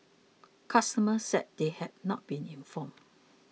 customers said they had not been informed